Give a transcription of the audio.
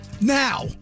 now